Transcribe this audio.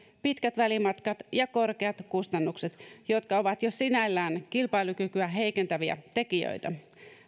pitkät välimatkat ja korkeat kustannukset jotka ovat jo sinällään kilpailukykyä heikentäviä tekijöitä